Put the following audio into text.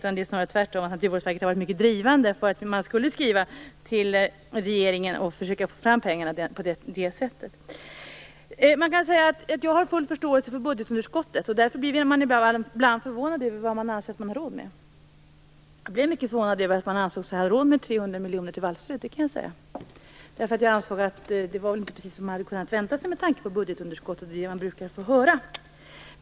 Tvärtom är det snarare så att verket har varit mycket drivande för att man skulle skriva till regeringen och på det sättet försöka få fram pengar. Jag har full förståelse för budgetunderskottet. Därför blir jag ibland förvånad över vad regeringen anser att Sverige har råd med. Jag måste säga att jag blev mycket förvånad över att regeringen ansåg sig ha råd med 300 miljoner till vallstödet. Det var väl inte precis vad man hade kunnat vänta sig med tanke på budgetunderskottet och det man brukar få höra.